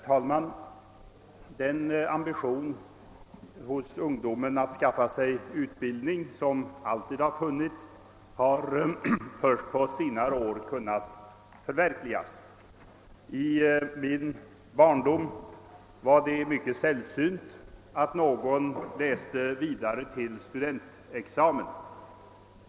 Herr talman! Den ambition hos ungdomen att skaffa sig utbildning som alltid har funnits har först på senare år kunnat förverkligas. I min barndom var det mycket sällsynt att någon läste vidare till studentexamen.